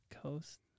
Coast